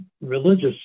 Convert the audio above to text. religious